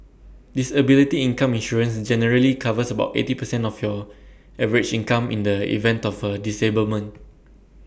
disability income insurance generally covers about eighty percent of your average income in the event of A disablement